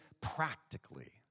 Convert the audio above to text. Practically